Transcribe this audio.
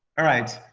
all right,